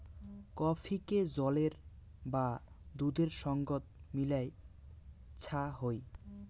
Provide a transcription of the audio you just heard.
কফিকে জলের বা দুধের সঙ্গত মিলায় ছা হই